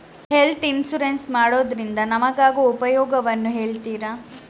Health insurance ಮಾಡೋದ್ರಿಂದ ನಮಗಾಗುವ ಉಪಯೋಗವನ್ನು ಹೇಳ್ತೀರಾ?